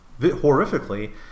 horrifically